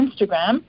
Instagram